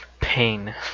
pain